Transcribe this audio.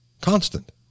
Constant